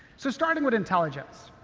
so starting with intelligence.